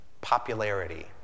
popularity